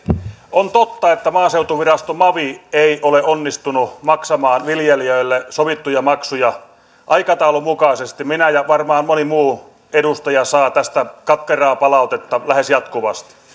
on totta että maaseutuvirasto mavi ei ole onnistunut maksamaan viljelijöille sovittuja maksuja aikataulun mukaisesti minä saan ja varmaan moni muu edustaja saa tästä katkeraa palautetta lähes jatkuvasti